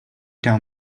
down